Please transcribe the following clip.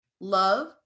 love